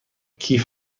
کیف